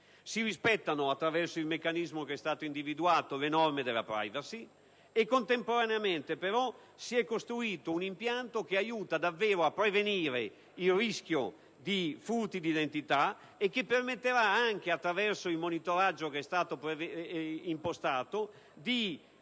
Si rispettano, attraverso il meccanismo che è stato individuato, le norme della *privacy* avendo però contemporaneamente costruito un impianto che aiuterà davvero a prevenire il rischio di furti di identità e che permetterà anche, attraverso il monitoraggio impostato, di